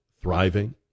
thriving